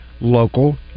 local